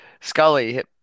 Scully